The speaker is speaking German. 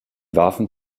warfen